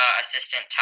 assistant